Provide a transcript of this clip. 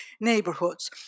neighborhoods